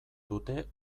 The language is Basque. dute